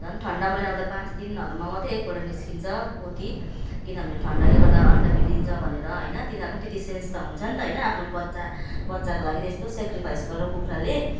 झन् ठन्डा महिनामा त पाँच दिनहरूमा मात्र एक पल्ट निस्कन्छ पोथी किनभने ठन्डाले गर्दा अन्डा बिग्रन्छ भनेर होइन तिनीहरूको त्यति सेन्स त हुन्छ नि त होइन आफ्नो बच्चा बच्चाको लागि त्यस्तो सेक्रिफाइस गरेर कुखुराले